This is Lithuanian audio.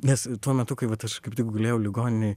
nes tuo metu kai vat aš kaip tik gulėjau ligoninėj